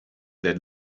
that